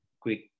quick